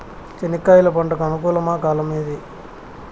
చెనక్కాయలు పంట కు అనుకూలమా కాలం ఏది?